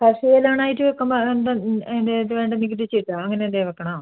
കാർഷിക ലോണായട്ട് വെക്കുമ്പോ അതെന്താ അതിൻ്റെ ഇത് വേണ്ടേ നികുതി ചീടാണ് അങ്ങനെ എന്തെങ്കിലും വെക്കണോ